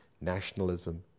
nationalism